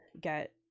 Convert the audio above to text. get